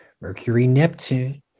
Mercury-Neptune